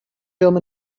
film